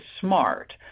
smart